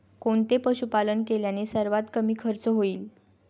कोणते पशुपालन केल्याने सर्वात कमी खर्च होईल?